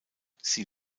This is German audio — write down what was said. sie